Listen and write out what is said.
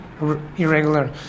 irregular